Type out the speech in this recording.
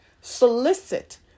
Solicit